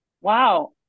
Wow